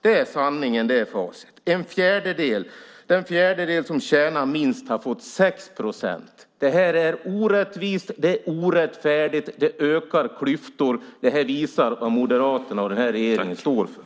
Det är sanningen, och det är facit. Den fjärdedel som tjänar minst har fått 6 procent. Det här är orättvist och orättfärdigt. Det ökar klyftor. Det visar vad Moderaterna och regeringen står för.